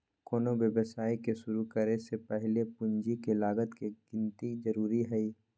कोनो व्यवसाय के शुरु करे से पहीले पूंजी के लागत के गिन्ती जरूरी हइ